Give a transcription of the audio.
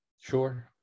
Sure